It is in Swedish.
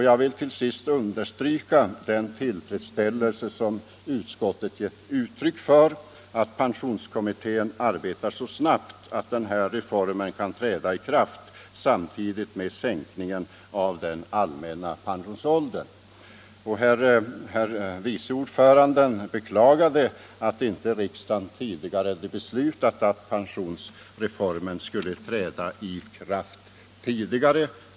Jag vill till sist understryka utskottets tillfredsställelse över att pensionskommittén arbetat så snabbt att den här reformen kan träda i kraft samtidigt med sänkningen av den allmänna folkpensionsåldern. Utskottet vice ordförande beklagade att riksdagen inte förut beslutat om att pensionsreformen skulle träda i kraft tidigare.